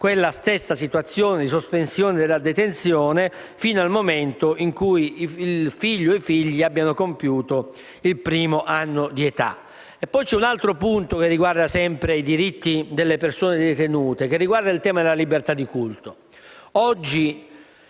quella stessa situazione di sospensione della detenzione fino al momento in cui il figlio o i figli abbiano compiuto il primo anno di età. C'è poi un altro punto che riguarda sempre i diritti delle persone detenute: mi riferisco al tema della libertà di culto.